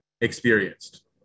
experienced